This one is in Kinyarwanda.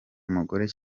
umugore